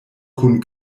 kun